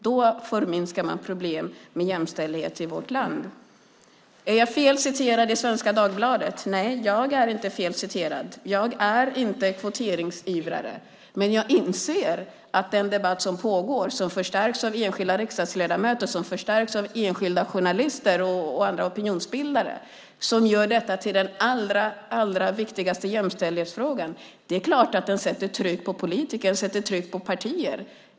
Då förminskar man problemen med jämställdhet i vårt land. Är jag fel citerad i Svenska Dagbladet? Nej, jag är inte fel citerad. Jag är inte kvoteringsivrare, men jag inser att den debatt som pågår, som förstärks av enskilda riksdagsledamöter, som förstärks av enskilda journalister och andra opinionsbildare, som gör detta till den allra viktigaste jämställdhetsfrågan, sätter tryck på politiker och partier.